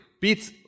Beats